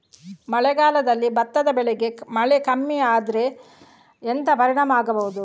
ಮಳೆಗಾಲದಲ್ಲಿ ಭತ್ತದ ಬೆಳೆಗೆ ಮಳೆ ಕಮ್ಮಿ ಆದ್ರೆ ಎಂತ ಪರಿಣಾಮ ಆಗಬಹುದು?